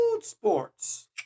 sports